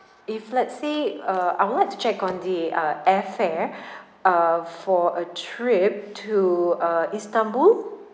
if let's say uh I would like to check on the uh air fare uh for a trip to uh istanbul